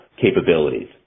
capabilities